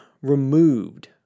removed